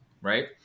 right